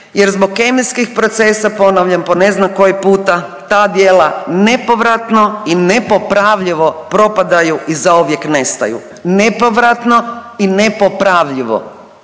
jer zbog kemijskih procesa ponavljam po ne znam koji puta ta djela nepovratno i nepopravljivo propadaju i zauvijek nestaju, nepovratno i nepopravljivo.